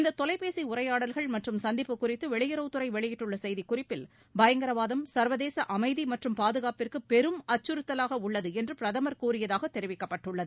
இந்த தொலைபேசி உரையாடல்கள் மற்றும் சந்திப்பு குறித்து வெளியறவுத்துறை வெளியிட்டுள்ள செய்திக்குறிப்பில் பயங்கரவாதம் சர்வதேச அமைதி மற்றும் பாதுகாப்புக்கு பெரும் அச்சுறுத்தலாக உள்ளது என்று பிரதமர் கூறியதாக தெரிவிக்கப்பட்டுள்ளது